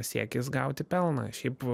siekis gauti pelną šiaip